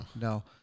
no